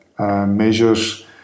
Measures